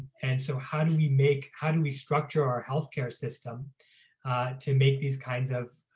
and so how do we make, how do we structure our healthcare system to make these kinds of